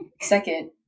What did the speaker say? second